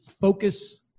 focus